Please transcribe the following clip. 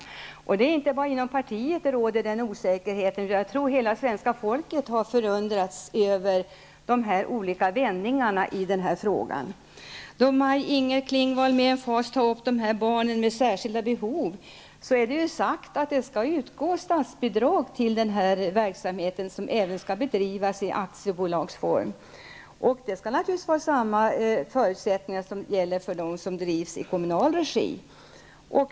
Denna osäkerhet råder för övrigt inte bara inom det socialdemokratiska partiet, utan jag tror att hela svenska folket har förundrats över socialdemokratins svängningar i uppfattningarna i denna fråga. Maj-Inger Klingvall tar med emfas upp frågan om barn med särskilda behov. Det är sagt att det skall utgå statsbidrag till den här verksamheten, som även skall bedrivas i aktiebolagsform. Samma regler skall naturligtvis gälla för den verksamheten som för verksamheter som bedrivs i lokal regi.